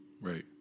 right